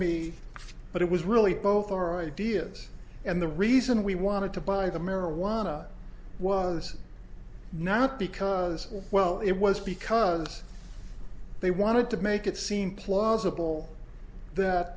me but it was really both our ideas and the reason we wanted to buy the marijuana was not because well it was because they wanted to make it seem plausible that